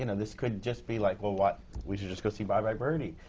you know this could just be like, well, why? we should just go see bye bye birdie.